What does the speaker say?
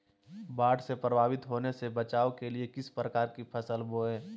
बाढ़ से प्रभावित होने से बचाव के लिए किस प्रकार की फसल बोए?